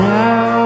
now